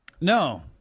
No